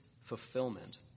fulfillment